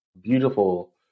beautiful